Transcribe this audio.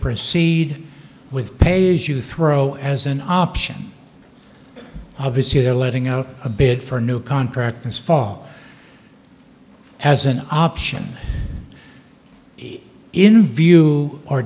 proceed with pay as you throw as an option obviously they're letting out a bid for a new contract this fall as an option in view or